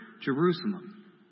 Jerusalem